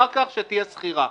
אחר כך שתהיה סחירה.